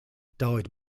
died